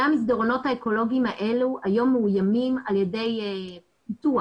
המסדרונות האקולוגיים האלו היום מאוימים על ידי פיתוח.